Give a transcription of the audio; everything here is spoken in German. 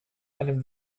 einem